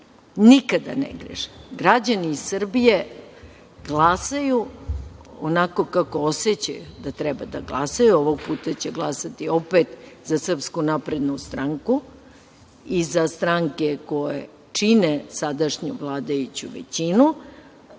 nikada ne greše. Građani Srbije glasaju onako kako osećaju da treba da glasaju. Ovog puta će glasati opet za SNS i za stranke koje čine sadašnju vladajuću većinu.